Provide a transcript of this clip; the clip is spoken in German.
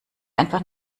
einfach